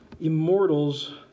immortals